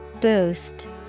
Boost